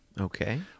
Okay